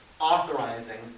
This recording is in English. authorizing